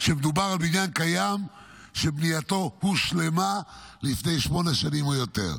כשמדובר על בניין קיים שבנייתו הושלמה לפני שמונה שנים או יותר.